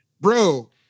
bro